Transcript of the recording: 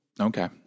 okay